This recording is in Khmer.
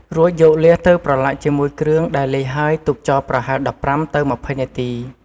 រូចយកលៀសទៅប្រឡាក់ជាមួយគ្រឿងដែលលាយហើល ទុកចោលប្រហែល ១៥ទៅ២០ នាទី។